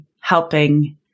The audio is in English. helping